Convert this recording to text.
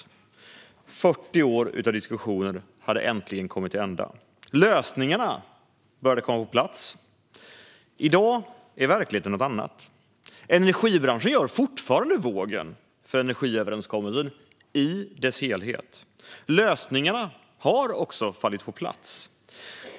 Äntligen hade 40 år av diskussioner kommit till ända. Lösningarna började komma på plats. I dag är verkligheten en annan. Energibranschen gör fortfarande vågen för energiöverenskommelsen i dess helhet. Lösningarna har också fallit på plats.